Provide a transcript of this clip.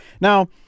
Now